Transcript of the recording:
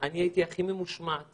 הייתי הכי ממושמעת